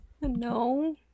No